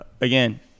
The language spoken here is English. again